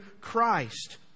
Christ